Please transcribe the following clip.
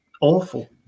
awful